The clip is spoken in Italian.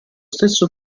stesso